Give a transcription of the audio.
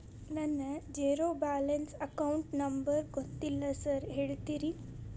ನನ್ನ zero balance account number ಗೊತ್ತಿಲ್ಲ sir ಹೇಳ್ತೇರಿ?